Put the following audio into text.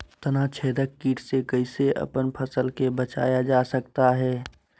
तनाछेदक किट से कैसे अपन फसल के बचाया जा सकता हैं?